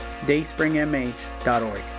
dayspringmh.org